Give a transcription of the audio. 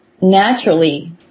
naturally